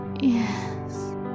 Yes